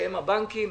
שהן הבנקים,